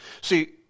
See